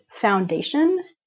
foundation